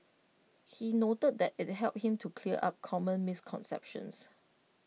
he noted that IT helped him to clear up common misconceptions